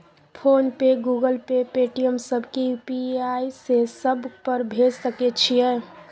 Phone पे, Google Pay, Paytm, सब के UPI से सब पर भेज सके छीयै?